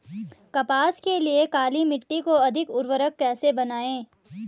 कपास के लिए काली मिट्टी को अधिक उर्वरक कैसे बनायें?